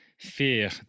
fear